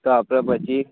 તો આપણે પછી